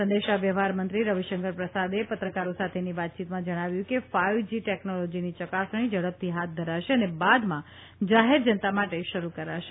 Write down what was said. સંદેશા વ્યવહાર મંત્રી રવિશંકર પ્રસાદે પત્રકારો સાથેની વાતચીતમાં જજ્ઞાવ્યું કે ફાઇવ જી ટેકનોલોજીની ચકાસણી ઝડપથી હાથ ધરાશે અને બાદમાં જાહેર જનતા માટે શરૂ કરાશે